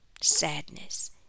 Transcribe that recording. sadness